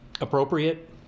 appropriate